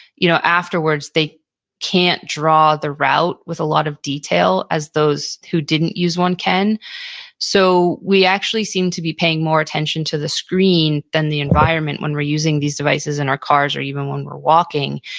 you know afterwards, they can't draw the route with a lot of detail as those who didn't use one can so we actually seem to be paying more attention to the screen than the environment when we're using these devices in our cars or even when we're walking.